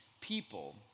people